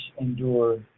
endure